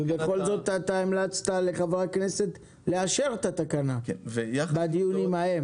ובכל זאת המלצת לחברי הכנסת לאשר את התקנה באותם דיונים.